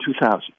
2000